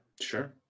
Sure